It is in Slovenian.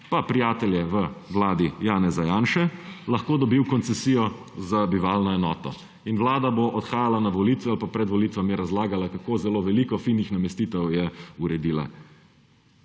prijatelje v vladi Janeza Janše, dobil koncesijo za bivalno enoto. In vlada bo odhajala na volitve ali pa pred volitvami razlagala, kako zelo veliko finih namestitev je uredila.